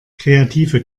kreative